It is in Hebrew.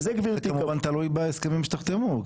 זה כמובן תלוי בהסכמים שתחתמו,